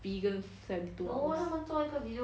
vegans spend two hours